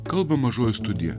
kalba mažoji studija